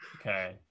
Okay